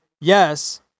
yes